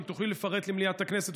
אם תוכלי לפרט למליאת הכנסת,